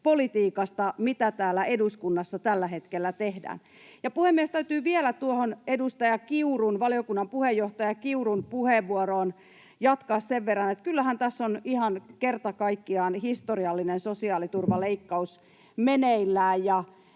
politiikasta, mitä täällä eduskunnassa tällä hetkellä tehdään. Puhemies, täytyy vielä tuohon edustaja Kiurun, valiokunnan puheenjohtaja Kiurun puheenvuoroon jatkaa sen verran, että kyllähän tässä on ihan kerta kaikkiaan historiallinen sosiaaliturvaleikkaus meneillään.